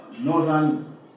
Northern